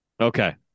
Okay